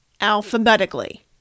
alphabetically